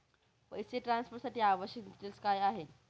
पैसे ट्रान्सफरसाठी आवश्यक डिटेल्स काय आहेत?